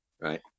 right